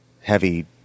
heavy